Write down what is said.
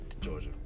Georgia